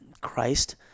Christ